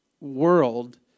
world